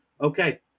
Okay